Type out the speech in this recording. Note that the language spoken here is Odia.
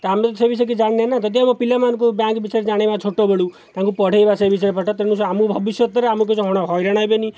ତ ଆମେ ତ ସେ ବିଷୟରେ କିଛି ଜାଣିନେ ନା ଯଦି ଆମ ପିଲାମାନଙ୍କୁ ବ୍ୟାଙ୍କ୍ ବିଷୟରେ ଜଣାଇବା ଛୋଟବେଳୁ ତାଙ୍କୁ ପଢ଼ାଇବା ସେଇ ବିଷୟରେ ପାଠ ତେଣୁ ଆମକୁ ଭବିଷ୍ୟତରେ ଆମକୁ ହଇରାଣ ହେବେନି